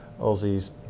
Aussies